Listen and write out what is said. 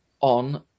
on